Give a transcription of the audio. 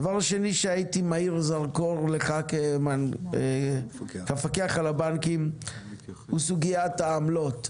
דבר שני שהייתי מאיר לך זרקור כמפקח על הבנקים זו סוגיית העמלות,